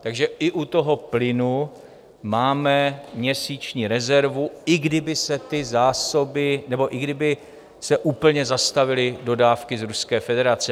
Takže i u toho plynu máme měsíční rezervu, i kdyby se ty zásoby... nebo i kdyby se úplně zastavily dodávky z Ruské federace.